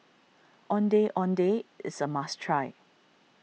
Ondeh Ondeh is a must try